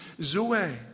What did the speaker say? zoe